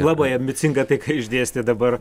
labai ambicinga tai ką išdėstė dabar